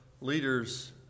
leaders